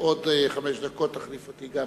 ועוד חמש דקות תחליף אותי גם.